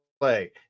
play